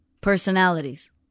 personalities